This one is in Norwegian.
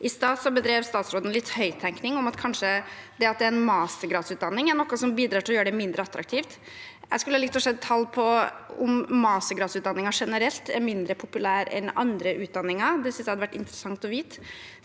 I sted bedrev statsråden høyttenkning om at det at det er en mastergradsutdanning, kanskje er noe som bidrar til å gjøre det mindre attraktivt. Jeg skulle likt å se tall på om mastergradutdanninger generelt er mindre populære enn andre utdanninger. Det synes jeg hadde vært interessant å vite.